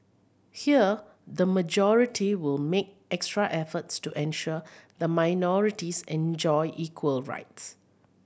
here the majority will make extra efforts to ensure the minorities enjoy equal rights